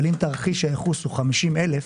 אבל אם תרחיש הייחוס הוא 50 אלף